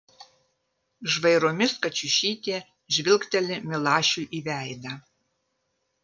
žvairomis kačiušytė žvilgteli milašiui į veidą